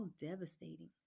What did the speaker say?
devastating